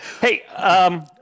Hey